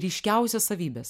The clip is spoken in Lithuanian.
ryškiausias savybes